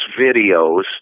videos